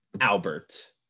Albert